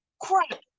crap